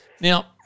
Now